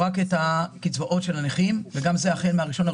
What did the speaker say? רק את הקצבאות של הנכים וגם זה החל מה-1.1.2022.